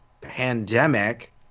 pandemic